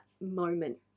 moment